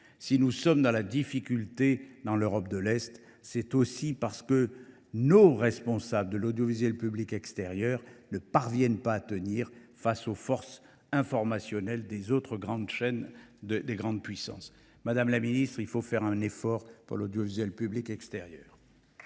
si nous sommes en difficulté dans l’Europe de l’Est, c’est aussi parce que nos responsables de l’audiovisuel public extérieur ne parviennent pas à tenir face aux forces informationnelles des autres grandes chaînes des grandes puissances. En résumé, il faut faire un effort pour l’audiovisuel public extérieur,